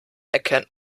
erkennt